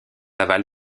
laval